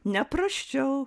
ne prasčiau